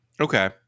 Okay